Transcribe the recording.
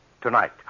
tonight